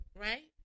Right